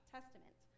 Testament